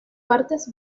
partes